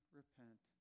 repent